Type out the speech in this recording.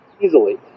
Easily